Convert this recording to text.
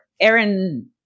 aaron